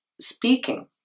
Speaking